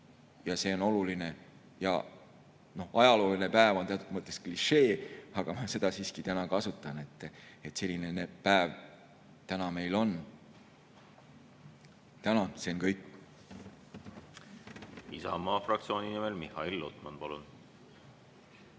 See on oluline ja ajalooline päev. See on teatud mõttes klišee, aga ma seda siiski täna kasutan. Selline päev täna meil on. Tänan! See on kõik. Isamaa fraktsiooni nimel Mihhail Lotman, palun!